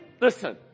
listen